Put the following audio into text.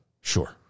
sure